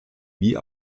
wie